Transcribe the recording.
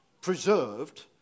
preserved